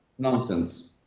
nonsense.